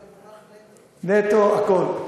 הוא משתמש במונח "נטו" בכול.